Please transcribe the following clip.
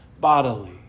bodily